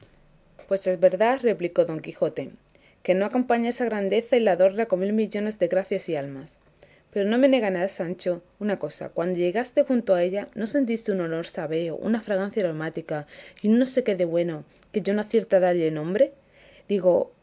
pues es verdad replicó don quijote que no acompaña esa grandeza y la adorna con mil millones y gracias del alma pero no me negarás sancho una cosa cuando llegaste junto a ella no sentiste un olor sabeo una fragancia aromática y un no sé qué de bueno que yo no acierto a dalle nombre digo